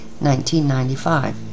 1995